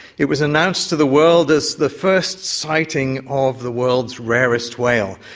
it was announced to the world as the first sighting of the world's rarest whale,